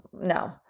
no